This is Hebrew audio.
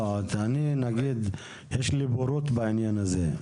יש לי בורות בעניין הזה.